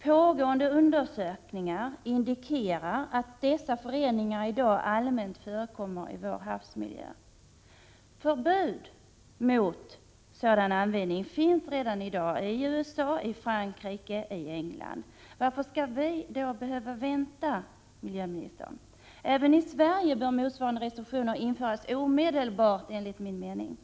Pågående undersökningar indikerar att dessa föreningar i dag allmänt förekommer i vår havsmiljö. Förbud mot sådan användning finns redan i USA, Frankrike och England. Varför skall vi då vänta? Även i Sverige bör motsvarande restriktioner införas omedelbart, enligt min mening. Prot.